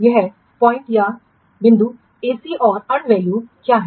यह पॉइंट या बिंदु एसी और अर्नड वैल्यू क्या है